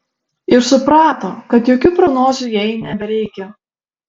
ir suprato kad jokių prognozių jai nebereikia